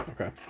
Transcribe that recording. Okay